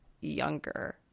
younger